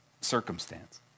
circumstance